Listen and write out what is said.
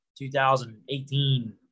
2018